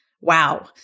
Wow